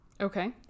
okay